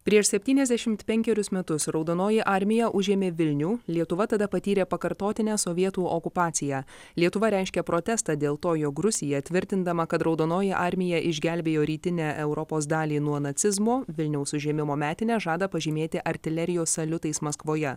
prieš septyniasdešimt penkerius metus raudonoji armija užėmė vilnių lietuva tada patyrė pakartotinę sovietų okupaciją lietuva reiškia protestą dėl to jog rusija tvirtindama kad raudonoji armija išgelbėjo rytinę europos dalį nuo nacizmo vilniaus užėmimo metines žada pažymėti artilerijos saliutais maskvoje